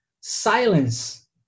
silence